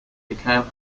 became